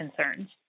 concerns